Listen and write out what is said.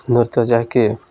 ନୃତ୍ୟ ଯାହାକି